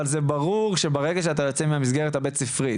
אבל זה ברור שברגע שאתה יוצא מהמסגרת הבית ספרית,